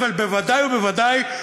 אבל בוודאי ובוודאי,